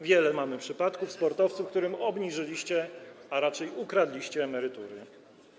Wiele mamy przypadków sportowców, którym obniżyliście, a raczej ukradliście emerytury.